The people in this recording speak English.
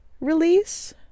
release